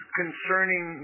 concerning